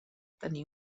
tenir